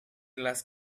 las